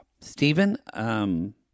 Stephen –